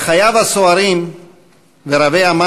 בחייו הסוערים ורבי-המעש